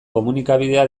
komunikabidea